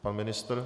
Pan ministr?